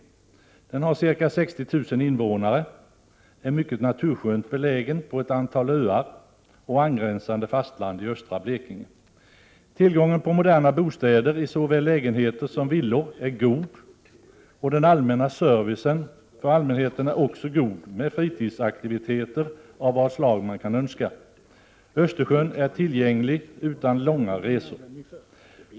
Staden har ca 60 000 invånare och är mycket naturskönt belägen på ett antal öar och angränsande fastland i östra Blekinge. Tillgången på moderna bostäder i såväl lägenheter som villor är god, och den allmänna servicen för allmänheten är också god, med fritidsaktiviteter av vad slag man kan önska. Östersjön är tillgänglig utan långa resor.